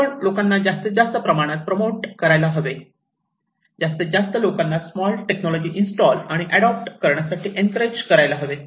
आपण लोकांना जास्तीत जास्त प्रमाणात प्रमोट करायला हवे जास्तीत जास्त लोकांना स्मॉल टेक्नॉलॉजी इंस्टॉल आणि ऍडॉप्ट करण्यासाठी एनक्रेज करायला हवे